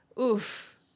Oof